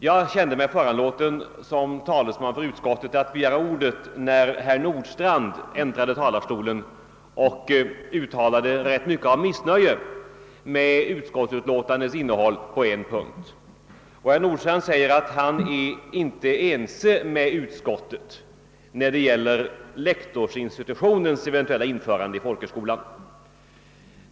Jag kände mig föranlåten att som talesman för utskottet begära ordet när herr Nordstrandh äntrade talarstolen och uttalade missnöje med utskottsutlåtandets innehåll på en punkt. Herr Nordstrandh sade att han inte är ense med utskottet om lektorsinstitutionens eventuella införande i folkhögskolan.